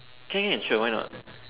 can sure why not